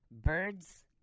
birds